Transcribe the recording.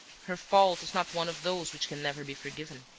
her fault is not one of those which can never be forgiven.